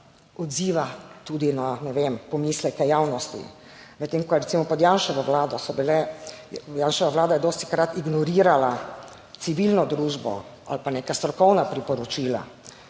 odziva tudi na, ne vem, pomisleke javnosti, medtem ko je recimo pod Janševo vlado so bile, Janševa vlada je dostikrat ignorirala civilno družbo ali pa neka strokovna priporočila.